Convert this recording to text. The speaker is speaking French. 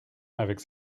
avec